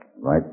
Right